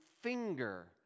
finger